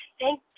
thank